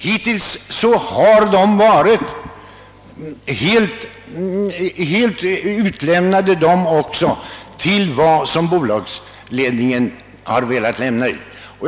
Hittills har även vetenskapsmännen varit helt beroende av bolagsledningen i fråga om utlämnandet av uppgifter.